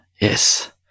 Yes